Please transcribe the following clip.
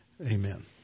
Amen